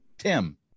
Tim